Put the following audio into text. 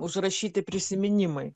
užrašyti prisiminimai